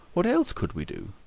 what else could we do?